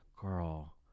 girl